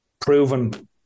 proven